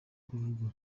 kuvuga